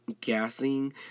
gassing